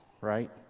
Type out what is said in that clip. right